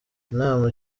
inama